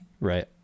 Right